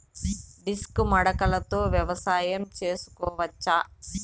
Disc మడకలతో వ్యవసాయం చేసుకోవచ్చా??